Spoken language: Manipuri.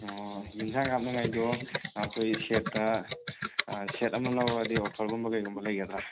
ꯑꯣ ꯌꯦꯟꯖꯥꯡ ꯍꯥꯞꯅꯤꯡꯉꯥꯏꯗꯣ ꯑꯩꯈꯣꯏ ꯁꯦꯠꯇ ꯁꯦꯠ ꯑꯃ ꯂꯧꯔꯒꯗꯤ ꯑꯣꯐꯔꯒꯨꯝꯕ ꯀꯩꯒꯨꯝꯕ ꯂꯩꯒꯗ꯭ꯔꯥ